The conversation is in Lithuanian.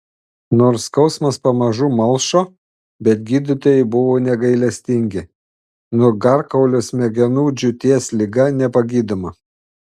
nors skausmas pamažu malšo bet gydytojai buvo negailestingi nugarkaulio smegenų džiūties liga nepagydoma